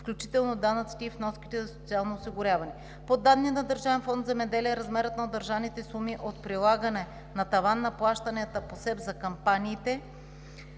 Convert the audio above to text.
включително данъците и вноските за социално осигуряване. По данни на Държавен фонд „Земеделие“ размерът на удържаните суми от прилагане на таван на плащанията по СЕПП за кампаниите